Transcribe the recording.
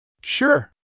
Sure